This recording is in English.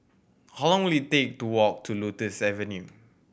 how long will it take to walk to Lotus Avenue